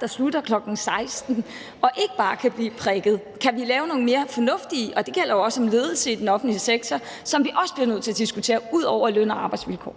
der slutter kl. 16.00, og man ikke bare kan blive prikket. Kan vi lave noget mere fornuftigt, og det gælder jo også ledelse i den offentlige sektor, som vi også bliver nødt til at diskutere, ud over løn- og arbejdsvilkår?